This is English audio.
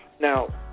Now